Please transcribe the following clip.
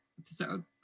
episode